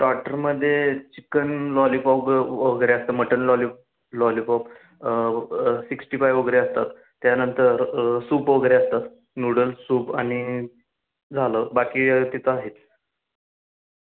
स्टाटरमध्ये chicken lollipop वगैरे असतं mutton lolly lollipop sixty five वगैरे असतात त्यानंतर सूप वगैरे असतात नूडल्स सूप आणि झालं बाकी तिथं आहेत